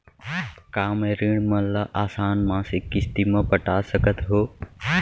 का मैं ऋण मन ल आसान मासिक किस्ती म पटा सकत हो?